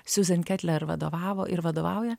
susan ketler vadovavo ir vadovauja